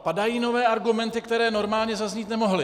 Padají nové argumenty, které normálně zaznít nemohly.